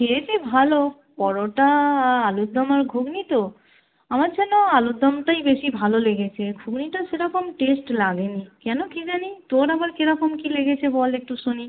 খেয়েছি ভালো পরোটা আলুর দম আর ঘুগনি তো আমার যেন আলুর দমটাই বেশি ভালো লেগেছে ঘুগনিটা সেরকম টেস্ট লাগে নি কেন কী জানি তোর আবার কে রকম কী লেগেছে বল একটু শুনি